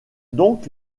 donc